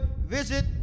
visit